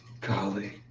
golly